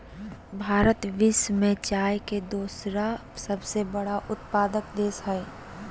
भारत विश्व में चाय के दूसरा सबसे बड़ा उत्पादक देश हइ